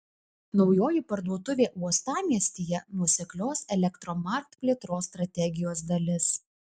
naujoji parduotuvė uostamiestyje nuoseklios elektromarkt plėtros strategijos dalis